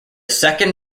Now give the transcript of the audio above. second